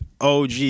OG